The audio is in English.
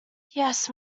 yes